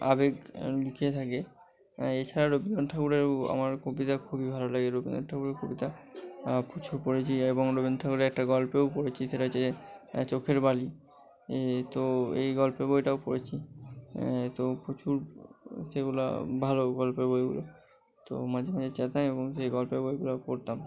আবেগ লুকিয়ে থাকে হ্যাঁ এছাড়া রবীন্দ্রনাথ ঠাকুরের আমার কবিতা খুবই ভালো লাগে রবীন্দ্রনাথ ঠাকুরের কবিতা প্রচুর পড়েছি এবং রবীন্দ্রনাথ ঠাকুরের একটা গল্পও পড়েছি সেটা হচ্ছে চোখের বালি তো এই গল্পের বইটাও পড়েছি তো প্রচুর যেগুলো ভালো গল্পের বইগুলো তো মাঝে মাঝে যেতাম এবং সেই গল্পের বইগুলো পড়তাম